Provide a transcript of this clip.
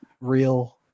real